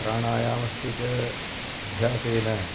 प्राणायामस्य च अभ्यासेन